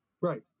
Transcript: Right